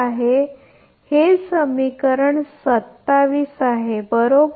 तर हे समीकरण 27 आहेबरोबर